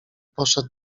poszedł